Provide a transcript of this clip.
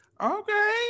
Okay